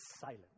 silent